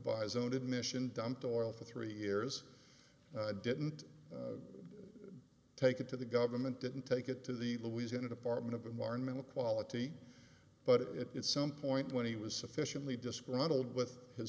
buys own admission dumped oil for three years didn't take it to the government didn't take it to the louisiana department of environmental quality but it's some point when he was sufficiently